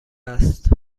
است